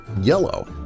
yellow